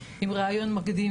עם ראיון מקדים,